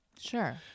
sure